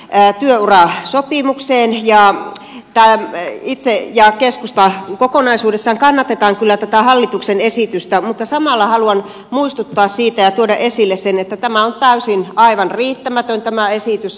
een työuraan sopimukseen ja viime kevään työurasopimukseen ja keskusta kokonaisuudessaan kannattaa kyllä tätä hallituksen esitystä mutta samalla haluan muistuttaa siitä ja tuoda esille sen että tämä on aivan täysin riittämätön tämä esitys